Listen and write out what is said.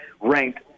ranked